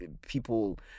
people